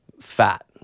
fat